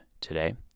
today